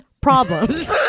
problems